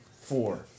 Four